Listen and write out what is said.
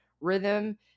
rhythm